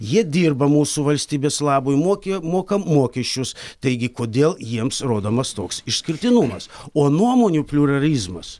jie dirba mūsų valstybės labui mokė moka mokesčius taigi kodėl jiems rodomas toks išskirtinumas o nuomonių pliuralizmas